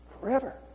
forever